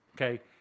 okay